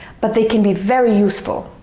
but they can be very useful.